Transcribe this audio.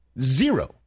zero